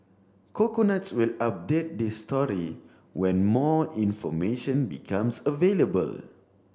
coconuts will update this story when more information becomes available